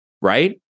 Right